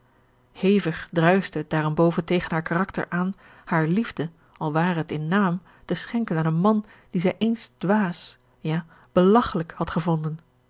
hevig druischte het daarenboven tegen haar karakter aan hare liefde al ware het in naam te schenken aan een man dien zij eens dwaas ja belagchelijk had gevonden